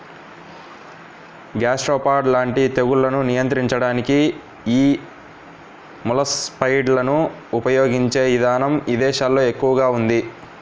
gastropod లాంటి తెగుళ్లను నియంత్రించడానికి యీ మొలస్సైడ్లను ఉపయిగించే ఇదానం ఇదేశాల్లో ఎక్కువగా ఉంది